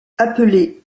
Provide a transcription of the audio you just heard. appelé